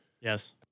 Yes